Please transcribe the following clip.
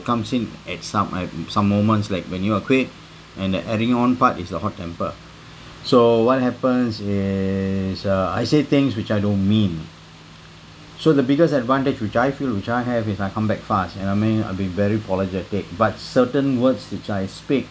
comes in at some at some moments like when you are quick and the adding on part is the hot temper so what happens is uh I say things which I don't mean so the biggest advantage which I feel which I have is I come back fast and I mean I'd be very apologetic but certain words which I speak